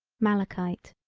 malachite.